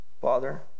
Father